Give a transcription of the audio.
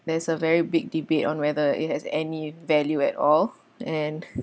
there's a very big debate on whether it has any value at all and